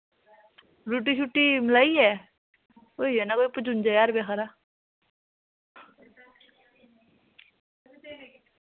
रुट्टी शूट्टी मलाइयै होई जाना कोई पचुन्जा ज्हार रपे हारा